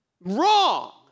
Wrong